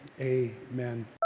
Amen